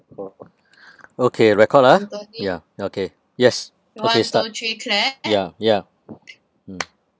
okay record ah ya okay yes okay start ya ya mm